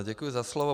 Děkuji za slovo.